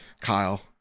Kyle